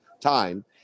time